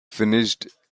finished